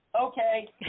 Okay